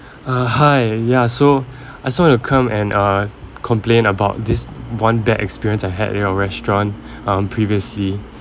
uh hi ya so I just want to come and uh complain about this one bad experience I had in your restaurant um previously